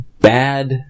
bad